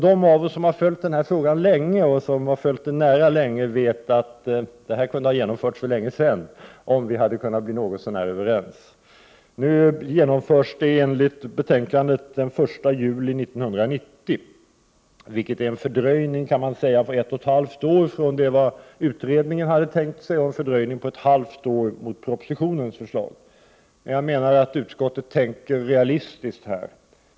De av er som har följt denna fråga nära och länge vet att lagen kunde ha trätt i kraft för länge sedan, om vi hade kunnat bli överens. Nu föreslår man i betänkandet att lagen skall träda i kraft den 1 juli 1990, vilket är en fördröjning på ett och ett halvt år jämfört med vad man hade tänkt sig i utredningen och en fördröjning med ett halvt år i förhållande till propositionens förslag. Jag menar att utskottet tänker realistiskt.